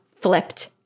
flipped